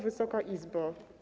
Wysoka Izbo!